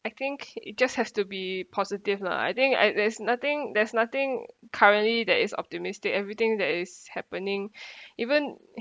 I think it just has to be positive lah I think I there's nothing there's nothing currently that is optimistic everything that is happening even